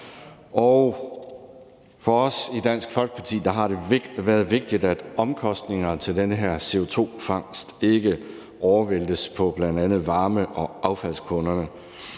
for os i Dansk Folkeparti har det været vigtigt, at omkostningerne til den her CO2-fangst ikke overvæltes på varme- og affaldskunderne.